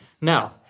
Now